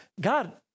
God